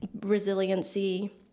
resiliency